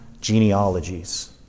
genealogies